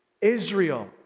Israel